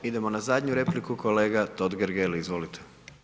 Idemo na zadnju replika, kolega Totgergeli, izvolite.